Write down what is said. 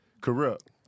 Corrupt